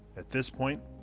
at this point